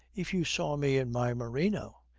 if you saw me in my merino!